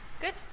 good